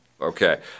Okay